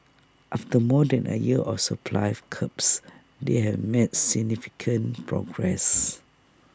after more than A year of supply of curbs they have made significant progress